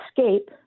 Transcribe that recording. escape